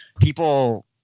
People